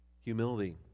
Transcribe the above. humility